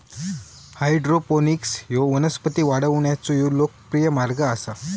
hydroponics ह्यो वनस्पती वाढवण्याचो लोकप्रिय मार्ग आसा